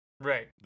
right